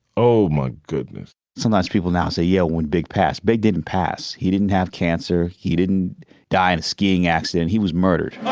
oh my goodness some nice people now say yeah one big pass big didn't pass he didn't have cancer he didn't die in a skiing accident he was murdered.